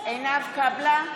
קאבלה,